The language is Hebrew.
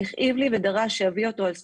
הוא הכאיב לי ודרש שאביא אותו על סיפוקו.